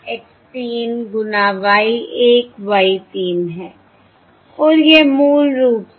और यह मूल रूप से आपका अनुमान है